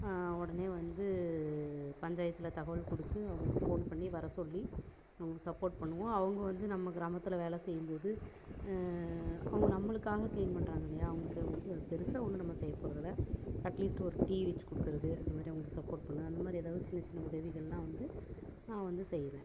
உடனே வந்து பஞ்சாயத்தில் தகவல் கொடுத்து அவர்களுக்கு ஃபோன் பண்ணி வரசொல்லி அவங்களுக்கு சப்போட் பண்ணுவோம் அவங்க வந்து நம்ம கிராமத்தில் வேலை செய்யும்போது அவங்க நம்மளுக்காக க்ளீன் பண்ணுறாங்க இல்லையா அவங்களுக்கு பெரிசா ஒன்றும் நம்ம செய்யப்போகிறதில்ல அட்லீஸ்ட்டு ஒரு டீ வச்சு கொடுக்குறது அந்தமாதிரி அவங்களுக்கு சப்போட் பண்ணலான் அந்தமாதிரி ஏதாவது சின்ன சின்ன உதவிகள்லாம் வந்து நான் வந்து செய்வேன்